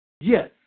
Yes